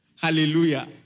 Hallelujah